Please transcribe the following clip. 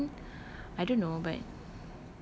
I mean I don't know but